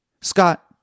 scott